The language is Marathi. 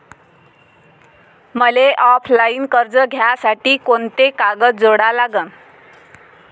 मले ऑफलाईन कर्ज घ्यासाठी कोंते कागद जोडा लागन?